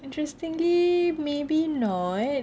interestingly maybe not